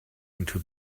into